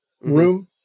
room